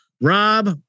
Rob